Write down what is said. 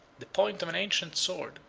the point of an ancient sword,